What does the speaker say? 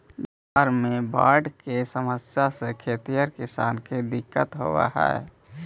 बिहार में बाढ़ के समस्या से खेतिहर किसान के दिक्कत होवऽ हइ